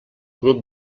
grup